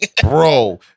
Bro